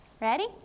Ready